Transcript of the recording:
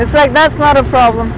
it's like that's not a problem